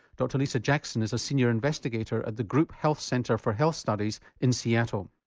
dr lisa jackson is a senior investigator at the group health center for health studies in seattle.